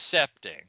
accepting